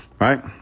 Right